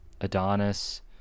Adonis